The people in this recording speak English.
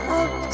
up